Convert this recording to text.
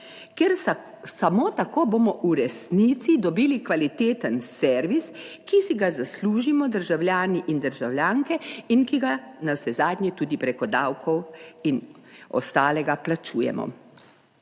ker bomo samo tako v resnici dobili kvaliteten servis, ki si ga zaslužimo državljani in državljanke in ki ga navsezadnje tudi preko davkov in ostalega plačujemo.